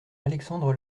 alexandre